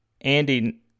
Andy